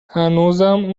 هنوزم